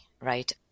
Right